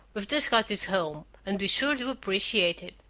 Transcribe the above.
we've just got this home, and we sure do appreciate it.